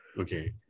Okay